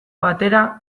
batera